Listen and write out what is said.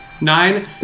Nine